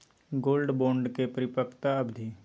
Gold bond के परिपक्वता अवधि?